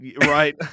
right